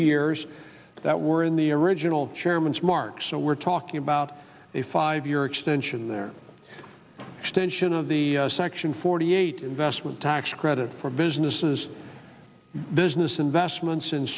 years that were in the original chairman's mark so we're talking about a five year extension there extension of the section forty eight investment tax credit for businesses business investments